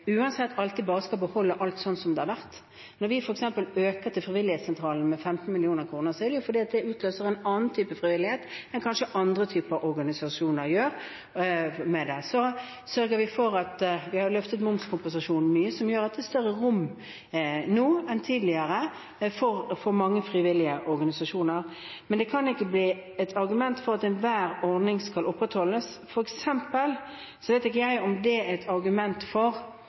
uansett alltid bare skal beholde alt slik det har vært. Når vi f.eks. øker bevilgningen til frivillighetssentraler med 15 mill. kr, er det jo fordi vi med det utløser en annen type frivillighet enn det kanskje andre typer organisasjoner gjør. Og så har vi løftet momskompensasjonen mye, som gjør at det nå er større rom enn tidligere for mange frivillige organisasjoner, men det kan ikke bli et argument for at enhver ordning skal opprettholdes. Jeg vet f.eks. ikke om det er et argument for